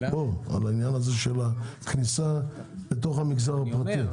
אלא על העניין הזה של הכניסה לתוך המגזר הפרטי.